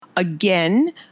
Again